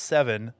Seven